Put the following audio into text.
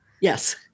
yes